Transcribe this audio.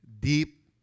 Deep